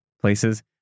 places